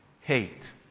hate